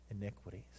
iniquities